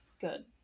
good